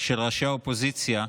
של ראשי האופוזיציה,